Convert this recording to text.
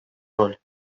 роль